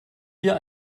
hier